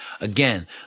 Again